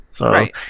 right